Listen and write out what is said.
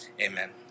Amen